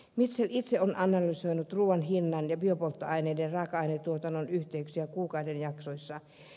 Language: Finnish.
mitchell itse on analysoinut ruuan hinnan ja biopolttoaineiden raaka ainetuotannon yhteyksiä kuukauden jaksoissa